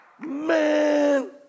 man